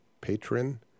patron